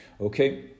Okay